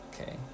Okay